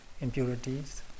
impurities